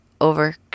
Over